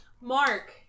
Mark